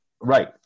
Right